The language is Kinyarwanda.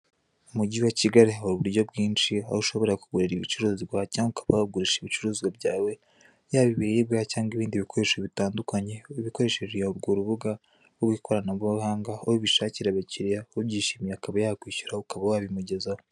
Mu Mujyi wa Kigali hari uburyo bwinshi, aho ushobora kugurira ibicuruzwa cyangwa ukaba wagurisha ibicuruzwa byawe. Yaba ibiribwa cyangwa ibindi bikoresho bitandukanye, ukoreshe urwo rubuga rw'ikoranabuhanga, aho ubishakira abakiriya, ubyishimiye akaba yakwishyura ukaba wabimugezaho.